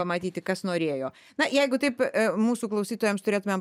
matyti kas norėjo na jeigu taip mūsų klausytojams turėtumėm